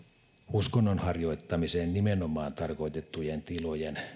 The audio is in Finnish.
uskonnon harjoittamiseen nimenomaan tarkoitettujen tilojen